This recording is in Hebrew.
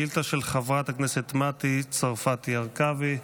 השאילתה של חברת הכנסת מטי צרפתי הרכבי.